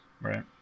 right